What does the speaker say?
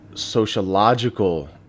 Sociological